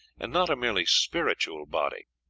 and not a merely spiritual body.